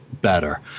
better